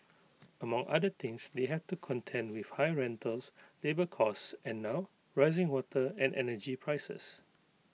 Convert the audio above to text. among other things they have to contend with high rentals labour costs and now rising water and energy prices